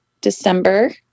December